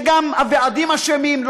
וגם הוועדים אשמים בכך,